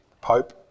Pope